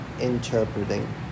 interpreting